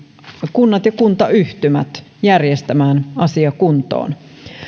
kunnat ja kuntayhtymät järjestämään asia kuntoon